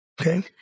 Okay